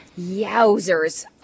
Yowzers